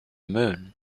moon